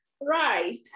right